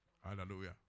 Hallelujah